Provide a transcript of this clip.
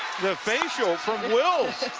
the facial from wills.